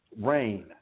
rain